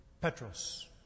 Petros